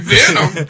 Venom